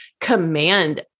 command